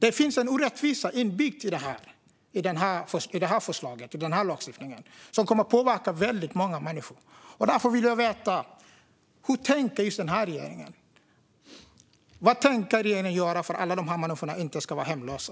Det finns en inbyggd orättvisa i förslaget som kommer att påverka många människor. Därför vill jag veta hur just den här regeringen tänker. Vad tänker regeringen göra så att inte alla dessa människor ska bli hemlösa?